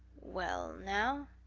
well now,